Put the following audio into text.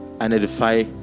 identify